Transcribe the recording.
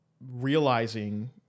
realizing